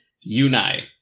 Unite